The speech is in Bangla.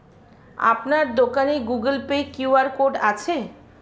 আপনার দোকানে গুগোল পে কিউ.আর কোড আছে?